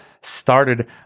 started